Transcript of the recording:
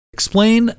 Explain